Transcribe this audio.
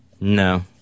No